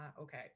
okay